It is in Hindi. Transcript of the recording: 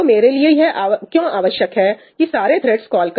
मेरे लिए यह क्यों आवश्यक है कि सारे थ्रेडस कॉल करें